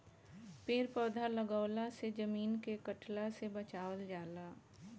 पेड़ पौधा लगवला से जमीन के कटला से बचावल जाला